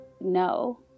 no